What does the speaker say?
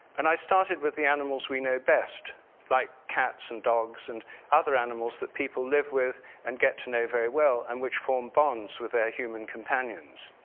and i started with the animals we know best like cats and dogs and other animals that people live with and get to know very well and which form bonds with their human companions.